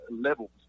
levels